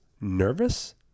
nervous